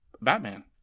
Batman